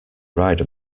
ride